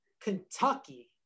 kentucky